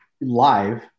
live